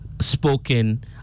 spoken